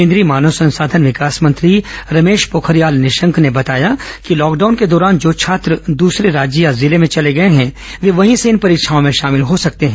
केंद्रीय मानव संसाधन विकास मंत्री रमेश पोखरियाल निशंक ने बताया कि लॉकडाउन के दौरान जो छात्र दसरे राज्य या जिले में चले गए हैं वे वहीं से इन परीक्षाओं में शामिल हो सकते हैं